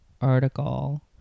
article